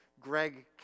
Greg